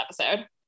episode